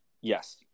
Yes